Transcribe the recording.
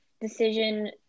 decision